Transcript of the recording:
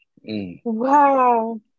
wow